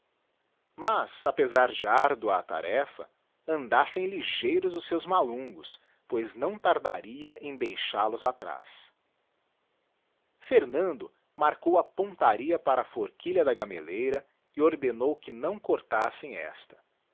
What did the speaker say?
mas apezar de árdua a tarefa andassem ligeiros seus malungos pois não tardaria em deixal os atraz fernando marcou a pontaria para a forquilha da gamelleira e ordenou que não cortassem esta